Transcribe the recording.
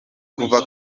kuva